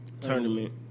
Tournament